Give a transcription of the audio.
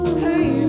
hey